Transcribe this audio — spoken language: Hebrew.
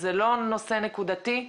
זה לא נושא נקודתי.